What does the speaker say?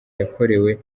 yakorewe